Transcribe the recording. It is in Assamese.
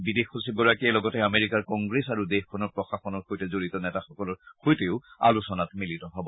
বিদেশ সচিবগৰাকীয়ে লগতে আমেৰিকাৰ কংগ্ৰেছ আৰু দেশখনৰ প্ৰশানৰ সৈতে জড়িত নেতাসকলৰ সৈতেও আলোচনাত মিলিত হ'ব